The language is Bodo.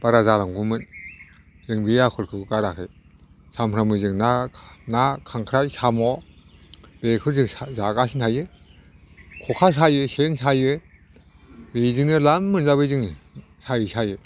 बारा जालांगौमोन जों बे आखलखौ गाराखै सानफ्रोमबो जों ना खांख्राय साम'जों बेखौ जों जागासिनो थायो खखा सायो सेन सायो बेजोंनो द्लाम मोनजाबाय जोङो सायै सायै